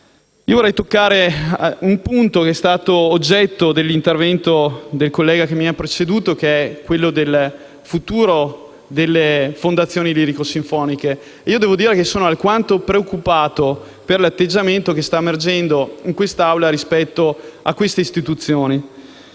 Vorrei toccare un punto che è stato oggetto dell'intervento del collega che mi ha preceduto: il futuro delle fondazioni lirico-sinfoniche. Sono alquanto preoccupato per l'atteggiamento che sta emergendo in Assemblea rispetto a tali istituti.